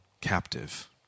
captive